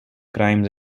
crimes